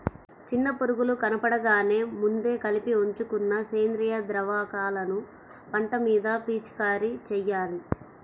చిన్న పురుగులు కనబడగానే ముందే కలిపి ఉంచుకున్న సేంద్రియ ద్రావకాలను పంట మీద పిచికారీ చెయ్యాలి